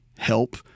Help